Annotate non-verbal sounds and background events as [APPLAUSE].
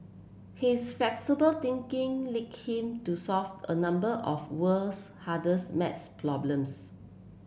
his flexible thinking [UNINTELLIGIBLE] him to solve a number of world's hardest maths problems